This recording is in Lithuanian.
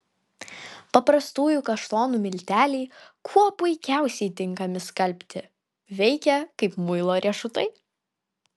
paprastųjų kaštonų milteliai kuo puikiausiai tinkami skalbti veikia kaip muilo riešutai